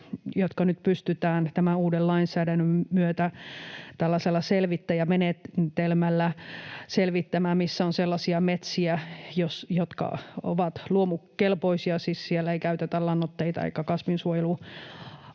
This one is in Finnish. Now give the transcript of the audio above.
tällaisella selvittäjämenetelmällä selvittämään, missä on sellaisia metsiä, jotka ovat luomukelpoisia — siis siellä ei käytetä lannoitteita eikä kasvinsuojeluaineita,